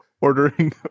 ordering